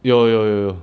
有有有